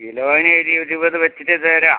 കിലോന് ഒരു ഇരുപത് വച്ചിട്ട് തരാം